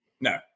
No